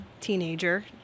teenager